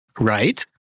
right